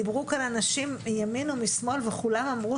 דיברו כאן אנשים מימין ומשמאל וכולם אמרו